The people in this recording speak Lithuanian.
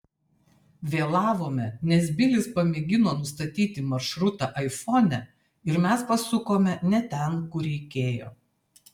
vėlavome nes bilis pamėgino nustatyti maršrutą aifone ir mes pasukome ne ten kur reikėjo